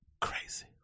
crazy